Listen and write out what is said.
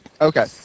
Okay